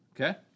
Okay